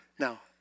Now